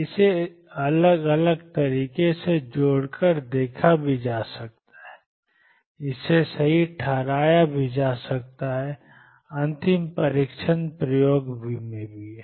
इसे अलग अलग तरीकों से जोड़कर देखा जा सकता है इसे सही ठहराया जा सकता है अंतिम परीक्षण प्रयोग है